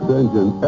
engine